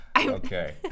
Okay